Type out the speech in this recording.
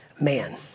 man